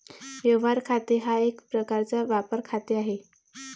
व्यवहार खाते हा एक प्रकारचा व्यापार खाते आहे